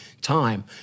time